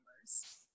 numbers